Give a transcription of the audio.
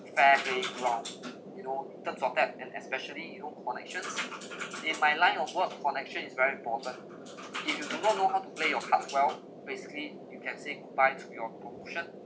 no fair play you know in terms of that and especially you know connections in my line of work connection is very important if you don't know how to play your parts well basically you can say goodbye to your promotion